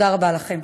תודה רבה לכם.